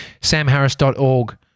SamHarris.org